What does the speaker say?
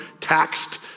taxed